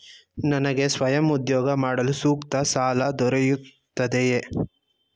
ನನಗೆ ಸ್ವಯಂ ಉದ್ಯೋಗ ಮಾಡಲು ಸೂಕ್ತ ಸಾಲ ದೊರೆಯುತ್ತದೆಯೇ?